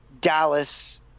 Dallas